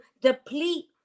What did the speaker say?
deplete